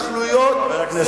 ראש